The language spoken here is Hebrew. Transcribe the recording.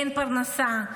אין פרנסה.